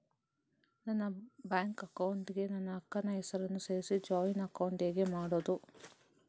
ನನ್ನ bank account ಗೆ ನನ್ನ ಅಕ್ಕ ನ ಹೆಸರನ್ನ ಸೇರಿಸಿ ಜಾಯಿನ್ ಅಕೌಂಟ್ ಹೇಗೆ ಮಾಡುದು?